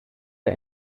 der